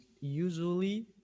usually